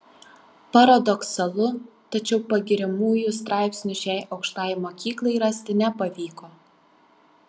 paradoksalu tačiau pagiriamųjų straipsnių šiai aukštajai mokyklai rasti nepavyko